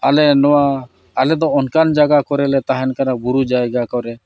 ᱟᱞᱮ ᱱᱚᱣᱟ ᱟᱞᱮ ᱫᱚ ᱚᱱᱠᱟᱱ ᱡᱟᱭᱜᱟ ᱠᱚᱨᱮ ᱞᱮ ᱛᱟᱦᱮᱱ ᱠᱟᱱᱟ ᱵᱩᱨᱩ ᱡᱟᱭᱜᱟ ᱠᱚᱨᱮ